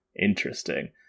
Interesting